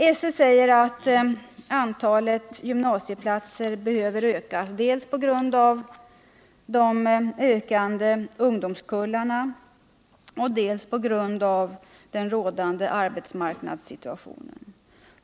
Enligt SÖ måste antalet gymnasieplatser ökas dels på grund av de ökande ungdomskullarna, dels på grund av den rådande arbetsmarknadssituationen.